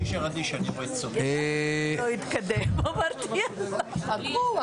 הישיבה כאן תתכנס בשעה 15:50. (הישיבה